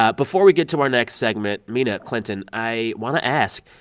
ah before we get to our next segment, mina, clinton, i want to ask.